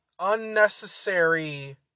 unnecessary